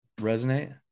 resonate